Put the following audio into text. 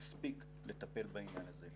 המספיק לטפל בעניין הזה.